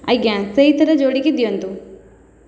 ଆଜ୍ଞା ସେହିଥିରେ ଯୋଡ଼ିକି ଦିଅନ୍ତୁ